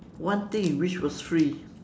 one thing you wish was free